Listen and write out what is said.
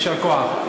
יישר כוח.